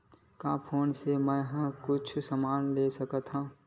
का फोन से मै हे कुछु समान ले सकत हाव का?